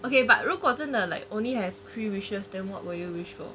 okay but 如果真的 like only have three wishes then what would you wish for